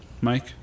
Mike